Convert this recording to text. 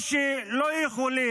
או שלא יכולים,